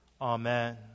Amen